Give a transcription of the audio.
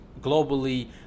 globally